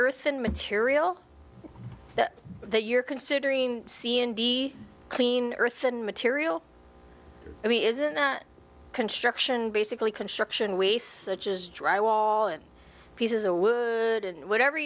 earth and material that you're considering c n d clean earth and material i mean isn't construction basically construction waste such as drywall and pieces of wood and whatever